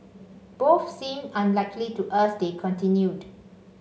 both seem unlikely to us they continued